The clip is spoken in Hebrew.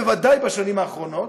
בוודאי בשנים האחרונות,